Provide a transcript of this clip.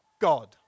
God